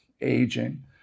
aging